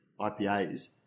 IPAs